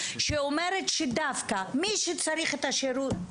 שאומרת שדווקא מי שהכי צריך את השירות,